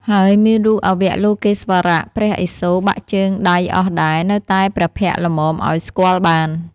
ហើយមានរូបអវលោកេស្វរៈ (ព្រះឥសូរ) បាក់ជើង-ដៃអស់ដែរ នៅតែព្រះភក្ត្រល្មមឲ្យស្គាល់បាន ។